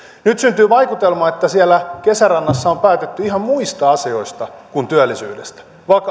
nyt syntyy vaikutelma että siellä kesärannassa on päätetty ihan muista asioista kuin työllisyydestä